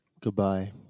goodbye